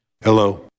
Hello